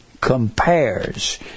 compares